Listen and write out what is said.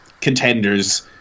contenders